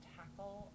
tackle